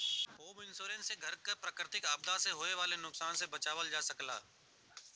home insurance से घर क प्राकृतिक आपदा से होये वाले नुकसान से बचावल जा सकला